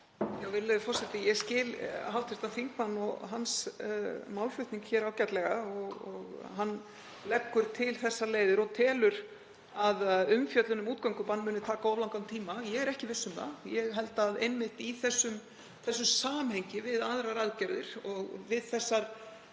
Virðulegi forseti. Ég skil hv. þingmann og málflutning hans hér ágætlega. Hann leggur til þessar leiðir og telur að umfjöllun um útgöngubann muni taka of langan tíma. Ég er ekki viss um það. Ég held að einmitt í þessu samhengi við aðrar aðgerðir og við svona